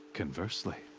conversely.